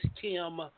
Kim